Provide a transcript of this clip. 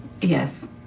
Yes